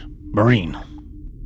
Marine